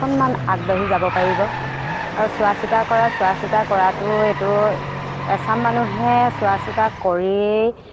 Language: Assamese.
অকণমান আগবাঢ়ি যাব পাৰিব আৰু চোৱা চিতা কৰা চোৱা চিতা কৰাতো এইটো এচাম মানুহে চোৱা চিতা কৰিয়ে